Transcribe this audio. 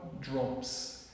drops